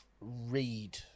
Read